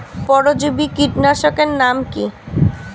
পরজীবী কীটনাশকের নাম কি?